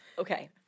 Okay